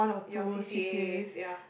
your c_c_as ya